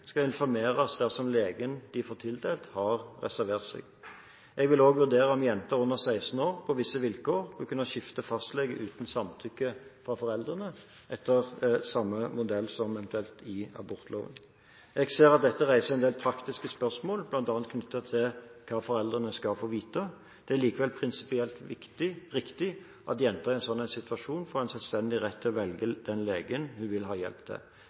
skal informeres dersom legen de får tildelt, har reservert seg. Jeg vil også vurdere om jenter under 16 år, på visse vilkår, bør kunne skifte fastlege uten samtykke fra foreldrene, etter eventuelt samme modell som i abortloven. Jeg ser at dette reiser en del praktiske spørsmål, bl.a. knyttet til hva foreldrene skal få vite. Det er likevel prinsipielt riktig at jenter i en slik situasjon får en selvstendig rett til å velge den legen hun vil ha hjelp